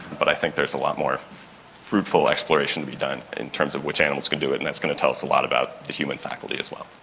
but i think there's a lot more fruitful exploration to be done in terms which animals can do it, and that's going to tell us a lot about the human faculty as well.